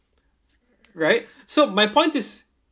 right so my point is